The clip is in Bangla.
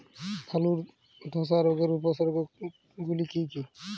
আলুর ধসা রোগের উপসর্গগুলি কি কি?